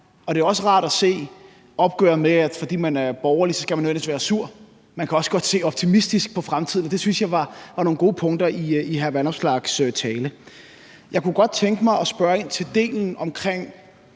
Det er også rart at se opgøret med, at fordi man er borgerlig, skal man helst være sur. Man kan også godt se optimistisk på fremtiden, og det synes jeg var nogle gode punkter i hr. Alex Vanopslaghs tale. Jeg kunne godt tænke mig at spørge ind til delen omkring